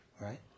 right